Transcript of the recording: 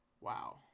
wow